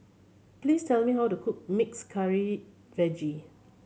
please tell me how to cook mixed curry veggie